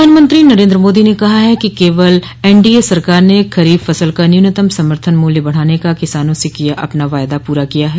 प्रधानमंत्री नरेन्द्र मोदी ने कहा है कि केवल एनडीए सरकार ने खरीफ फसल का न्यूनतम समर्थन मूल्य बढ़ाने का किसानों से किया अपना वायदा पूरा किया है